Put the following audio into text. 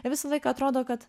visą laiką atrodo kad